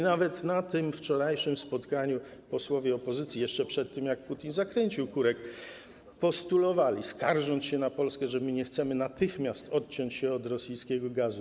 Nawet na tym wczorajszym spotkaniu posłowie opozycji, jeszcze przed tym jak Putin zakręcił kurek, postulowali, skarżąc się na Polskę, że my nie chcemy natychmiast odciąć się od rosyjskiego gazu.